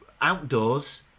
outdoors